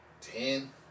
ten